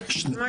בבקשה.